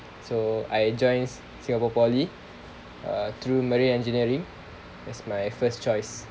so I join singapore poly err through marine engineering as my first choice